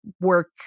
work